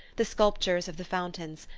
the sculptures of the fountains,